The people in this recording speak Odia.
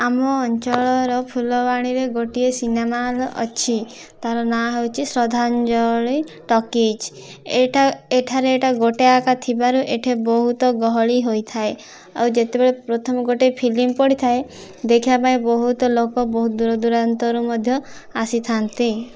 ଆମ ଅଞ୍ଚଳର ଫୁଲବାଣୀରେ ଗୋଟିଏ ସିନେମା ହଲ୍ ଅଛି ତାର ନାଁ ହେଉଛି ଶ୍ରଦ୍ଧାଞ୍ଜଳି ଟକିଜ୍ ଏଇଟା ଏଠାରେ ଏଇଟା ଗୋଟାଏ ଆକା ଥିବାରୁ ଏଠି ବହୁତ ଗହଳି ହୋଇଥାଏ ଆଉ ଯେତେବେଳେ ପ୍ରଥମେ ଗୋଟାଏ ଫିଲ୍ମ ପଡ଼ିଥାଏ ଦେଖିବାପାଇଁ ବହୁତ ଲୋକ ବହୁତ ଦୁରଦୂରାନ୍ତରରୁ ମଧ୍ୟ ଆସିଥାନ୍ତି